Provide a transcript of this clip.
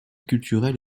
culturelle